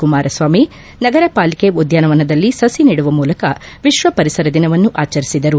ಕುಮಾರಸ್ವಾಮಿ ನಗರ ಪಾಲಿಕೆ ಉದ್ಯಾನವನದಲ್ಲಿ ಸುಖ ನೆಡುವ ಮೂಲಕ ವಿಶ್ವ ಪರಿಸರ ದಿನವನ್ನು ಆಚರಿಸಿದರು